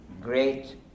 great